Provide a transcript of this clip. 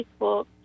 Facebook